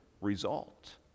result